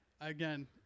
again